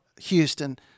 Houston